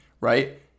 right